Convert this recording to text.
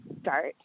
start